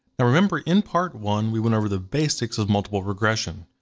remember, in part one, we went over the basics of multiple regression.